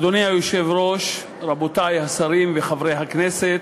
אדוני היושב-ראש, רבותי השרים וחברי הכנסת,